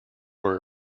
were